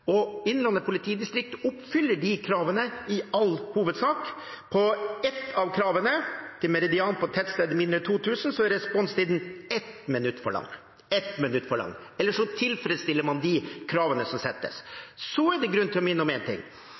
og Innlandet politidistrikt oppfyller i all hovedsak de kravene. På ett av kravene, til meridian på tettsteder med mindre enn 2 000 mennesker, er responstiden ett minutt for lang – ett minutt for lang! Ellers tilfredsstiller man de kravene som settes. Så er det grunn til å minne om én ting,